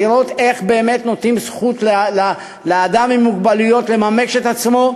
לראות איך באמת נותנים זכות לאדם עם מוגבלויות לממש את עצמו,